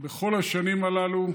בכל השנים הללו